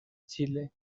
chile